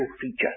feature